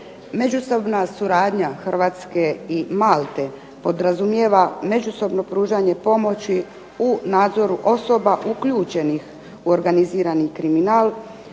Međusobna suradnja Hrvatske i Malte podrazumijeva međusobno pružanje pomoći u nadzoru osoba uključenih u organizirani kriminal,